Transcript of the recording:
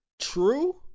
true